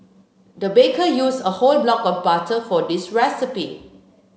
the baker used a whole block of butter for this recipe